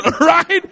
right